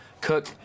Cook